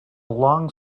long